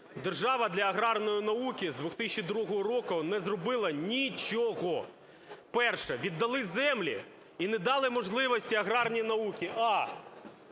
Держава для аграрної науки з 2002 року не зробила нічого. Перше. Віддали землі і не дали можливості аграрній науці: